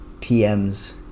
TMs